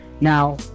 now